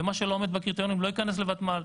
ומה שלא עומד בקריטריונים לא ייכנס לוותמ"ל.